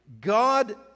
God